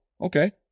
okay